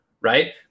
Right